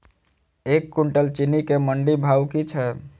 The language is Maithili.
एक कुनटल चीनी केँ मंडी भाउ की छै?